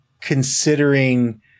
considering